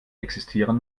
existieren